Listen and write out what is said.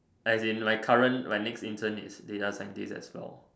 as in my current my next intern is data scientist as well